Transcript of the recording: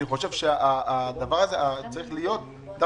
אני חושב שהדבר הזה צריך להיות להיפך,